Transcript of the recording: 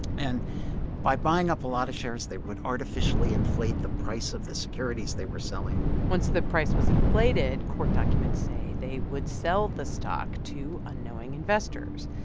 and by buying up a lot of shares, they would artificially inflate the price of the securities they were selling once the price was inflated, court documents say they would sell the stock to unknowing investors.